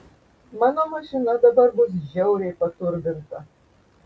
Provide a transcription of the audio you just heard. mano mašina dabar bus žiauriai paturbinta